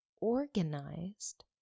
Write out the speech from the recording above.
organized